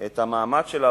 את המעמד שלה